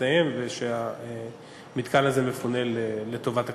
מסתיים והמתקן הזה מפונה לטובת הכלל.